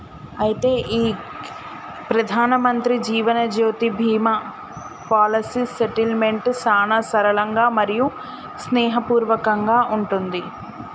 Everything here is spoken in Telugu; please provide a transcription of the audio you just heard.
అయితే గీ ప్రధానమంత్రి జీవనజ్యోతి బీమా పాలసీ సెటిల్మెంట్ సానా సరళంగా మరియు స్నేహపూర్వకంగా ఉంటుంది